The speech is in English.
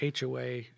HOA